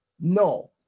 no